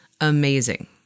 amazing